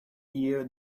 ear